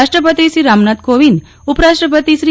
રાષ્ટ્રપતિશ્રી રામનાથ કોવિંદ ઉપરાષ્ટ્રપતિ શ્રી એમ